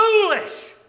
foolish